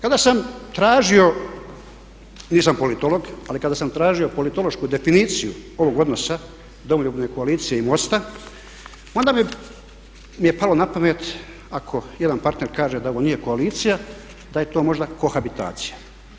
Kada sam tražio, nisam politolog, ali kada sam tražio politološku definiciju ovog odnosa Domoljubne koalicije i MOST-a onda mi je palo na pamet ako jedan partner kaže da ovo nije koalicija da je to možda kohabitacija.